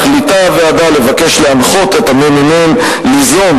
מחליטה הוועדה לבקש להנחות את הממ"מ ליזום,